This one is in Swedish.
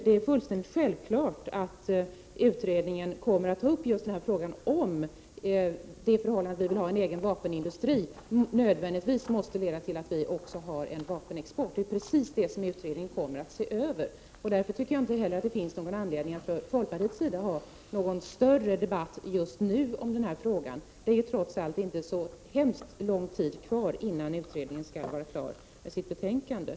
Det är fullständigt självklart att utredningen kommer att ta upp frågan om huruvida det förhållandet att vi har en egen vapenindustri nödvändigtvis måste leda till att vi också har en vapenexport. Det är precis det som utredningen kommer att se över. Därför tycker inte heller jag att det finns någon anledning för folkpartiet att föra någon större debatt just nu om den frågan. Det är trots allt inte så väldigt lång tid kvar till dess att utredningen skall vara klar med sitt betänkande.